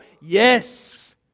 Yes